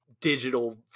digital